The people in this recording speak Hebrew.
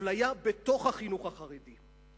אפליה בתוך החינוך החרדי.